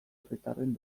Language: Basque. herritarren